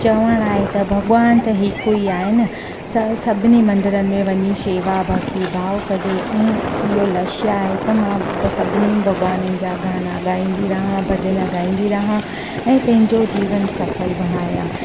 चवण आए त भगवान त हिकु ई आए न स सभिनी म मंदिरनि में वञी सेवा भक्ति भाव कजे ऐं इयो लक्ष्य आए त मां सभिनी भगवाननि जा गाना गाईंदी रहां भजन ॻाईंदी रहिया ऐं पंहिंजो जीवन सफिलो बणाया